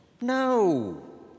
No